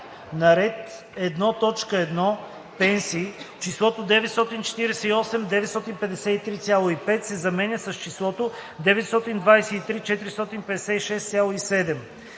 На ред „1.1. Пенсии“ числото „948 953,5“ се заменя с числото „923 456,7“.